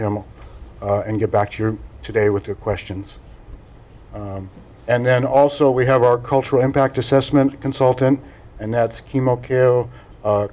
him and get back to your today with the questions and then also we have our cultural impact assessment consultant and that